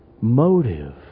motive